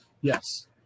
Yes